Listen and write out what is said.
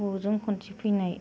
गोबावजों खनसे फैनाय